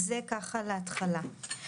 זה להתחלה.